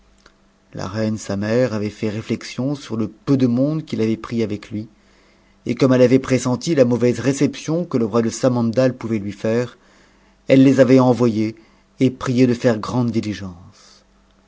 la reine sa mère avait fait réflexion sur le peu de monde qu'il avait pris avec lui et comme elle avait pressenti la mauvaise réception que le roi de samandal pouvait lui faire elle les avait envoyés et priés de faire grande